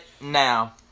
now